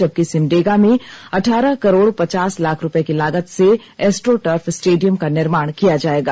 जबकि सिमडेगा में अठारह करोड़ पचास लाख रूपए की लागत से एस्ट्रोटर्फ स्टेडियम का निर्माण किया जाएगा